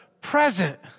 present